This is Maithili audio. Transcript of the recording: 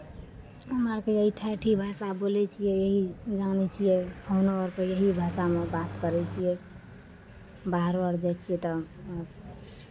हमरा आरके यही ठेठी भाषा बोलै छियै यही जानै छियै फोनो अरपर यही भाषामे बात करै छियै बाहरो आर जाइ छियै तऽ